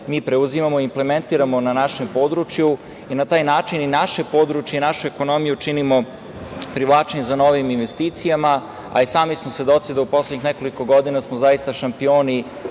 mi preuzimamo i implementiramo na našem području i na taj način i naše područje i našu ekonomiju činimo privlačnijim za novim investicijama. Sami smo svedoci da smo u poslednjih nekoliko godina zaista šampioni